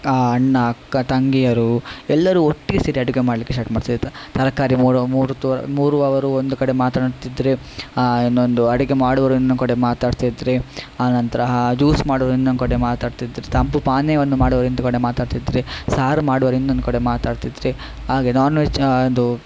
ಅಣ್ಣ ಅಕ್ಕ ತಂಗಿಯರೂ ಎಲ್ಲರೂ ಒಟ್ಟಿಗೆ ಸೇರಿ ಅಡುಗೆ ಮಾಡಲಿಕ್ಕೆ ಸ್ಟಾರ್ಟ್ ಮಾಡಿ ಸೇರ್ತಾರೆ ತರಕಾರಿ ಮೂರು ಮೂರುತ ಮೂರುವವರು ಒಂದು ಕಡೆ ಮಾತನಾಡುತ್ತಿದ್ದರೆ ಇನ್ನೊಂದು ಅಡುಗೆ ಮಾಡುವವರು ಇನ್ನೊಂದು ಕಡೆ ಮಾತಾಡ್ತಾಯಿದ್ರೆ ಆ ನಂತರ ಜ್ಯೂಸು ಮಾಡುವವರು ಇನ್ನೊಂದು ಕಡೆ ಮಾತಾಡ್ತಾಯಿದ್ದರೆ ತಂಪು ಪಾನೀಯವನ್ನು ಮಾಡುವವರು ಇನ್ನೊಂದು ಕಡೆ ಮಾತಾಡ್ತಯಿದ್ರೆ ಸಾರು ಮಾಡುವವರು ಇನ್ನೊಂದು ಕಡೆ ಮಾತಾಡ್ತಾಯಿದ್ರೆ ಹಾಗೆ ನಾನ್ವೆಜ್ ಅದು